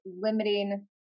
limiting